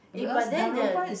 eh but then the